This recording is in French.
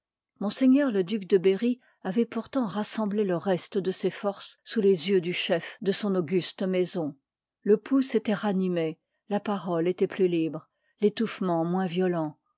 ms le duc de berry avoit pourtant rassemblé le reste de ses forces sous les yeux du chef de son auguste maison le pouls s'étoit ranimé la parole étoit plus libre l'étouffement moins violent